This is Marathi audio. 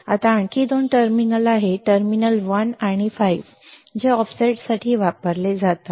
आता आणखी दोन टर्मिनल आहेत टर्मिनल 1 आणि 5 जे ऑफसेटसाठी वापरले जातात